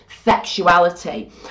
Sexuality